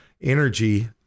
energy